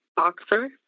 boxer